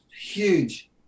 huge